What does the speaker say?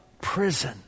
prison